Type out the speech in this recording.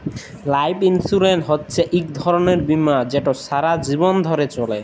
life insurance হছে ইক ধরলের বীমা যেট সারা জীবল ধ্যরে চলে